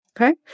Okay